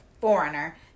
foreigner